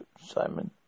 Simon